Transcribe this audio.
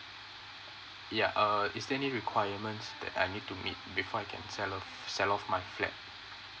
ya err is there any requirements that I need to meet before I can sell off sell off my flat